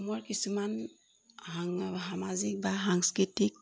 অসমৰ কিছুমান সা সামাজিক বা সাংস্কৃতিক